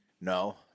no